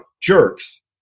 jerks